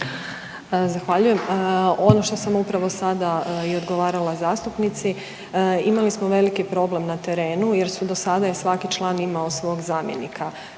Zahvaljujem. Ono što sam upravo sada i odgovarala zastupnici, imali smo veliki problem na terenu jer su do sada je svaki član imao svog zamjenika.